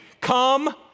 come